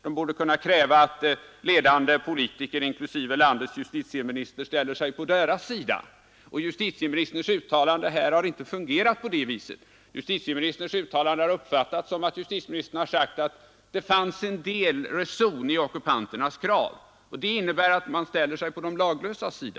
De borde kunna kräva att ledande politiker, inklusive landets justitieminister, ställer sig på deras sida. På det viset har inte justitieministerns uttalande här fungerat. Justitieministerns uttalande har uppfattats så att justitieministern sagt att det fanns en del reson i ockupanternas krav, och det innebär att man ställer sig på de laglösas sida.